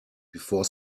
before